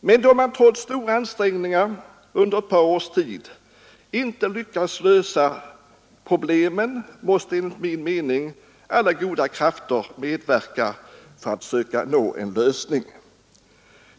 Men då man trots stora ansträngningar under ett par års tid inte lyckats lösa problemen måste enligt min mening alla goda krafter medverka för att söka nå en lösning.